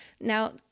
Now